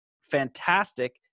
fantastic